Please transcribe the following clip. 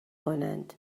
کنند